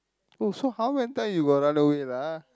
oh so how many time you got run away lah